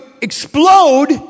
explode